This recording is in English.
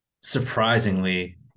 surprisingly